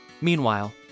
Meanwhile